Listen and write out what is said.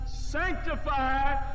sanctify